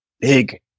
big